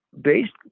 Based